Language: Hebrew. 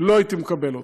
לא הייתי מקבל אותם.